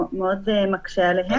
וזה מאוד מקשה עליהם,